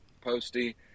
Posty